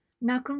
Now